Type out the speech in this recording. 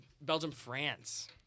Belgium-France